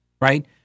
right